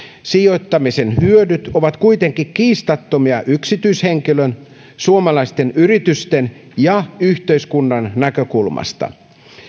sijoittamisen hyödyt ovat kuitenkin kiistattomia yksityishenkilön suomalaisten yritysten ja yhteiskunnan näkökulmasta